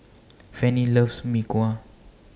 Fanny loves Mee Kuah